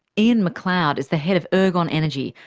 ian mcleod is the head of ergon energy,